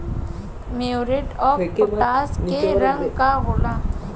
Muriate of potash के रंग का होला?